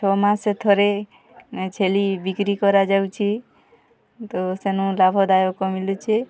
ଛଅ ମାସେ ଥରେ ଛେଳି ବିକ୍ରି କରାଯାଉଚି ତ ସେନୁ ଲାଭଦାୟକ ମିଳୁଛି